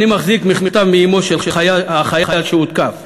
אני מחזיק מכתב מאמו של החייל שהותקף.